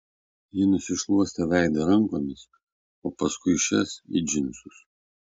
ji nusišluostė veidą rankomis o paskui šias į džinsus